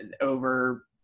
over